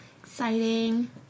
exciting